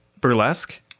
Burlesque